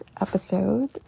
episode